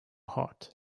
heart